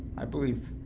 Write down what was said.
i believe